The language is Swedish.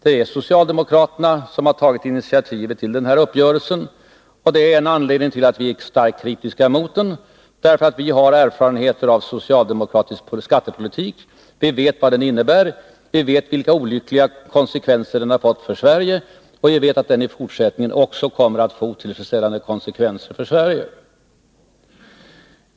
Det är socialdemokraterna som har tagit initiativet till den här uppgörelsen, och det är en anledning till att vi är starkt kritiska mot den, för vi har erfarenheter av socialdemokratisk skattepolitik. Vi vet vad den innebär, vi vet vilka olyckliga konsekvenser den har fått för Sverige och vi vet att den också i fortsättningen kommer att få otillfredsställande konsekvenser för vårt land.